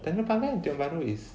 tanjong pagar and tiong bahru is